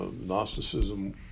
Gnosticism